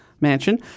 mansion